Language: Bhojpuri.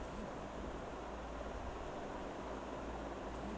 बैगन के हाइब्रिड के बीया किस्म क प्रकार के होला?